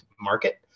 market